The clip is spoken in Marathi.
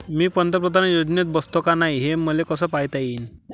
मी पंतप्रधान योजनेत बसतो का नाय, हे मले कस पायता येईन?